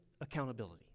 accountability